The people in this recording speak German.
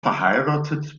verheiratet